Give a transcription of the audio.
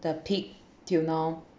the peak till now